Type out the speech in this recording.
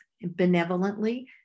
benevolently